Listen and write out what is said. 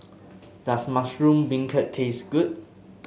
does Mushroom Beancurd taste good